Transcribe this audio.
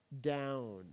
down